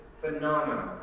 phenomenal